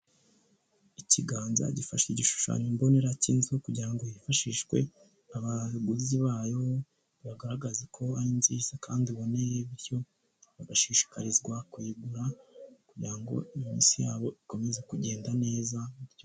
Ikiganza gifashe igishushanyo mbonera cy'inzu kugira ngo hifashishwe abaguzi bayo bagaragaze ko ari nziza kandi iboneye bityo bagashishikarizwa kuyigura kugira ngo iminsi yabo ikomeze kugenda neza.